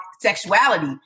sexuality